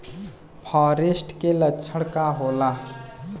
फारेस्ट के लक्षण का होला?